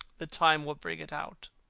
the time will bring it out